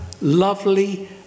lovely